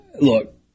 look